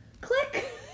Click